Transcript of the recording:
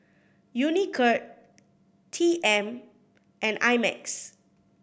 Unicurd T M and I Max